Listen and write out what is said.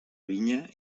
vinya